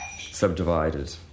subdivided